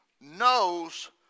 knows